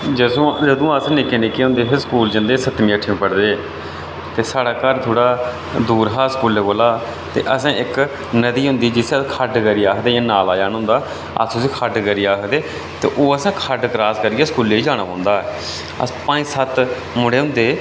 जदूं अस निक्के निक्के हुंदे हे स्कूल जंदे हे सतमीं अट्ठमी पढ़दे हे ते साढ़ा घर थोह्ड़ा दूर हा स्कूलै कोला ते असें इक नदी होंदी ही जिसी अस खड्ढ करियै आखदे हे इयां नाला जन होंदा अस उसी खड्ड करियै आखदे ते ओह् असें खड्ड क्रास करियै स्कूलै धोड़ी जाना पौंदा अस पंज सत्त मुड़े होंदे हे